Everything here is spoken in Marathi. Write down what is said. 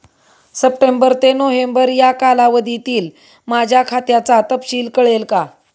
सप्टेंबर ते नोव्हेंबर या कालावधीतील माझ्या खात्याचा तपशील कळेल का?